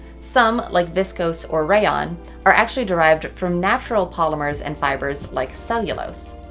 some like viscose or rayon are actually derived from natural polymers and fibers like cellulose.